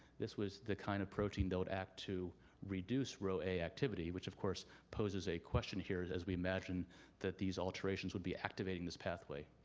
this was the kind of protein that would act to reduce row a activity which of course poses a question here as as we imagine that these alterations would be activating this pathway.